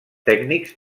tècnics